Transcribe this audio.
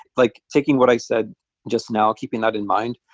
like taking what i said just now, keeping that in mind,